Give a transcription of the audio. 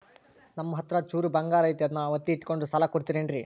ನಮ್ಮಹತ್ರ ಚೂರು ಬಂಗಾರ ಐತಿ ಅದನ್ನ ಒತ್ತಿ ಇಟ್ಕೊಂಡು ಸಾಲ ಕೊಡ್ತಿರೇನ್ರಿ?